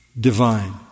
divine